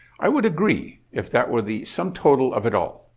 i would agree if that were the sum total of it all,